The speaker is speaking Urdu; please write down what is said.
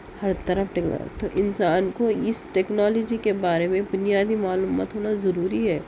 ہر طرف ٹیکنالوجی تو انسان کو اس ٹیکنالوجی کے بارے میں بنیادی معلومات ہونا ضروری ہے